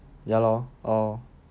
ya lor ya lor